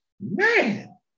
Man